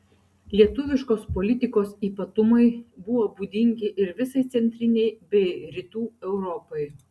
lietuviškos politikos ypatumai buvo būdingi ir visai centrinei bei rytų europai